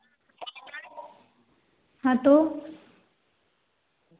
हाँ तो